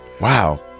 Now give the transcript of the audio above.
Wow